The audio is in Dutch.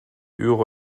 euro